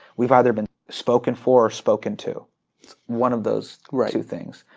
we've either been spoke and for or spoken to one of those two things.